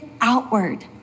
outward